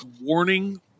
Warning